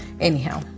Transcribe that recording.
Anyhow